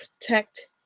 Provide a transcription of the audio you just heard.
protect